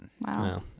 Wow